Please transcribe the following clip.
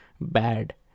bad